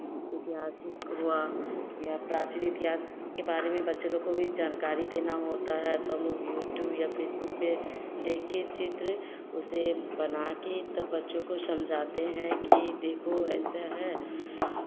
ऐतिहासिक हुआ या प्राचीन इतिहास के बारे में बच्चा लोग को जानकारी देना होता है तो हम लोग यूट्यूब या फेसबुक पे देख के चित्र उसे बना के तब बच्चों को समझाते हैं कि देखो ऐसा है